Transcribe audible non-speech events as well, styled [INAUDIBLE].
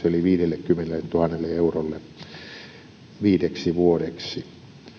[UNINTELLIGIBLE] eli viidellekymmenelletuhannelle eurolle tulisi valtiontakaus viideksi vuodeksi